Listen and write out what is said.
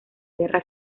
guerra